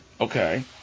Okay